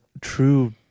true